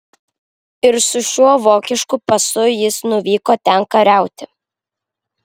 ir su šiuo vokišku pasu jis nuvyko ten kariauti